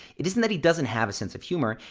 it isn't that he doesn't have a sense of humor,